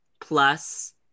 plus